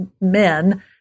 men